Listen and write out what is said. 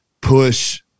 push